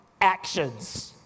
actions